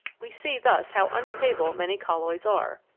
we see thus how unstable many colloids are.